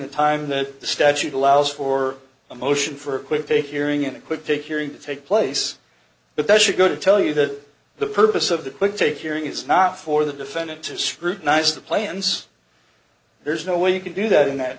the time that the statute allows for a motion for a quick take hearing it could take hearing to take place but that should go to tell you that the purpose of the quick take hearing it's not for the defendant to scrutinize the plans there's no way you could do that in that